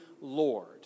Lord